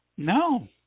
No